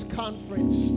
conference